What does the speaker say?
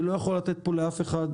ולא יכול לתת פה לאף אחד,